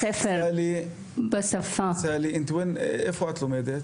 סאלי, איפה את לומדת?